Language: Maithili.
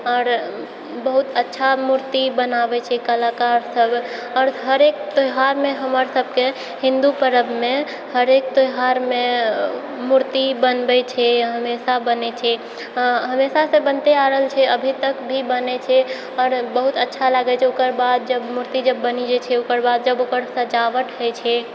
आओर बहुत अच्छा मूर्ति बनाबै छै कलाकार सब आओर हरेक त्यौहारमे हमर सभके हिन्दू परबमे हरेक त्यौहारमे मूर्ति बनबै छै हमेशा बनै छै हमेशासँ बनते आ रहल छै अभी तक भी बनै छै आओर बहुत अच्छा लगै छै ओकर बाद जब मूर्ति जब बनि जाइ छै ओकर बाद जब ओकरपर सजावट होइ छै